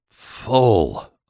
Full